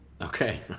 Okay